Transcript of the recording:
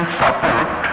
support